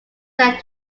set